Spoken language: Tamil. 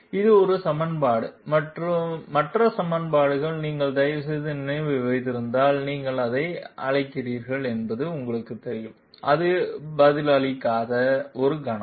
இது ஒரு சமன்பாடு மற்ற சமன்பாடு நீங்கள் தயவுசெய்து நினைவில் வைத்திருந்தால் நீங்கள் எதை அழைக்கிறீர்கள் என்பது உங்களுக்குத் தெரியும் இது பதிலளிக்காத ஒரு கணம்